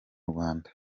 rwanda